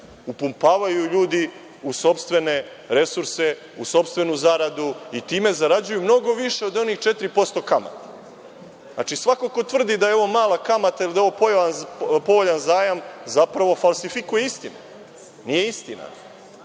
upumpavaju ljudi u sopstvene resurse, u sopstvenu zaradu i time zarađuju mnogo više od onih 4% kamate. Znači, svako ko tvrdi da je ovo mala kamata ili da je povoljan zajam zapravo falsifikuje istine. Nije istina.